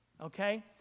okay